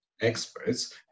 experts